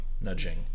nudging